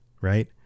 right